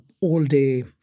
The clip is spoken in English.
all-day